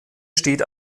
steht